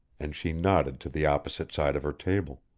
and she nodded to the opposite side of her table.